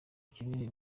kinini